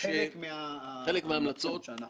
כלי של הכנסת שיאפשר ועדת חקירה עם